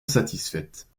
satisfaites